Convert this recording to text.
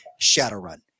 Shadowrun